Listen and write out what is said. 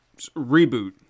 Reboot